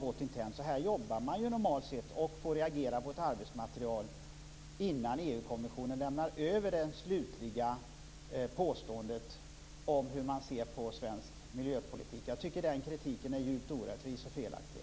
Det normala arbetssättet är att få reagera på ett arbetsmaterial innan EU-kommissionen lämnar över det slutliga resultatet av hur man ser på svensk miljöpolitik. Jag tycker att den kritiken är djupt orättvis och felaktig.